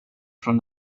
från